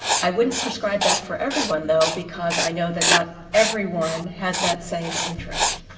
i wouldn't prescribe that for everyone, though, because i know that not everyone has that same interest.